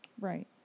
Right